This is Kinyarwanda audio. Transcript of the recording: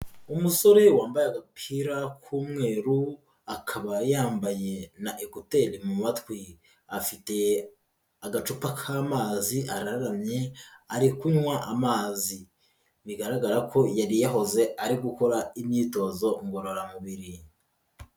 Umusore wambaye agapira k'umweru akaba yambaye na ekuteri mu matwi, afite agacupa k'amazi araramye ari kunywa amazi, bigaragara ko yari yahoze ari gukora imyitozo ngororamubiri.